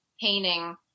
painting